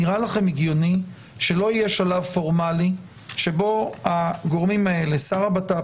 נראה לכם הגיוני שלא יהיה שלב פורמלי שבו הגורמים האלה: שר הבט"פ,